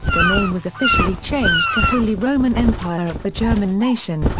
the name was officially changed to holy roman empire of the german nation,